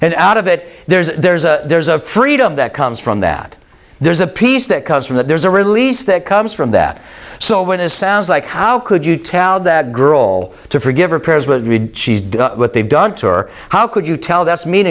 and out of it there's there's a there's a freedom that comes from that there's a peace that comes from that there's a release that comes from that so when it sounds like how could you tell that grohl to forgive her peers but she's done what they've done to her how could you tell that's mean